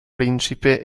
principe